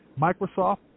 Microsoft